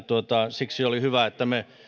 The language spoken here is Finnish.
siksi oli hyvä että me